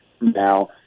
Now